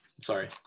sorry